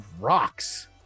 rocks